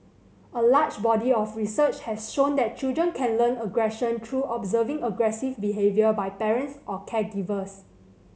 a large body of research has shown that children can learn aggression through observing aggressive behaviour by parents or caregivers